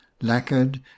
Lacquered